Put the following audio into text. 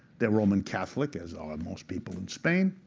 they're roman catholic, as are most people in spain.